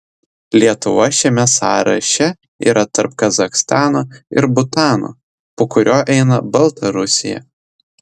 lietuva šiame sąraše yra tarp kazachstano ir butano po kurio eina baltarusija